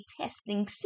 testing